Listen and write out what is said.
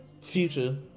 Future